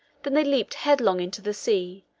than they leaped headlong into the sea,